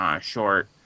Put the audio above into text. short